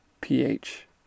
pH